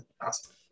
awesome